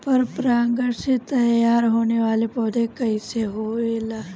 पर परागण से तेयार होने वले पौधे कइसे होएल?